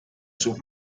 sus